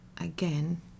again